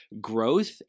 growth